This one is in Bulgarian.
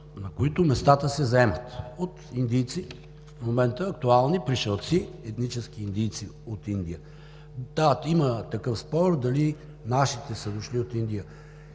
на които местата се заемат от индийци в момента, актуални пришълци – етнически индийци от Индия. Да, има такъв спор, дали нашите са дошли от Индия